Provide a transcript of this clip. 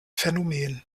phänomen